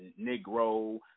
Negro